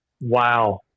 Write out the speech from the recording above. Wow